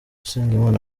usengimana